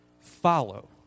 Follow